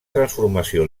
transformació